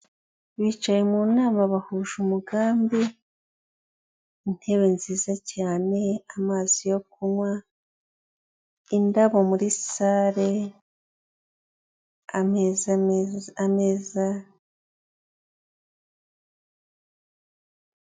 Bicaye mu nama bahuje umugambi, intebe nziza cyane, amazi yo kunywa, indabo muri sare, ameza meza